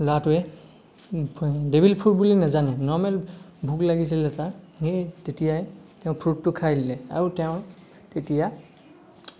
ল'ৰাটোৱে devil fruit বুলি নেজানে নৰ্মেল ভোক লাগিছিলে তাৰ সেই তেতিয়াই তেওঁ ফ্ৰোটটো খাই দিলে আৰু তেওঁৰ তেতিয়া